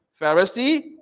Pharisee